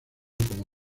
como